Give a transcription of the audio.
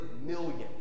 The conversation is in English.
millions